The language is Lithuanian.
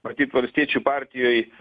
matyt valstiečių partijoj